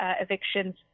evictions